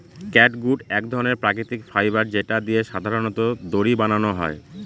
catgut এক ধরনের প্রাকৃতিক ফাইবার যেটা দিয়ে সাধারনত দড়ি বানানো হয়